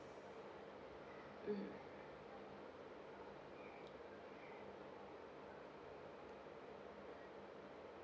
mm